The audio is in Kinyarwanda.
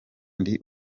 ndi